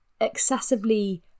excessively